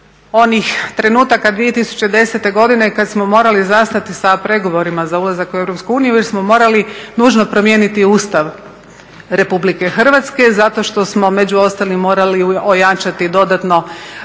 onih trenutaka 2010.godine kada smo morali zastati sa pregovorima za ulazak u EU jer smo morali nužno promijeniti Ustav RH zato što smo među ostalim morali ojačati dodatno